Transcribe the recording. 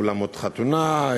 אולמות חתונה,